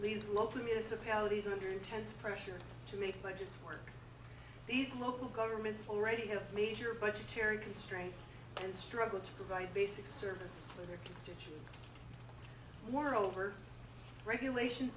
leaves local municipalities under intense pressure to make business work these local governments already have budgetary constraints and struggle to provide basic services for their constituents moreover regulations